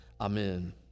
Amen